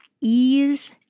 ease